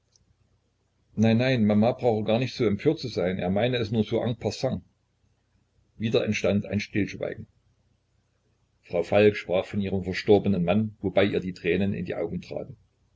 nein nein mama brauche gar nicht so empört zu sein er meine es nur so en passant wieder entstand ein stillschweigen frau falk sprach von ihrem verstorbenen manne wobei ihr die tränen in die augen traten